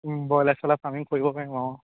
broiler চইলাৰ farming কৰিব পাৰিম অঁ